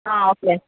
okay